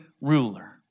ruler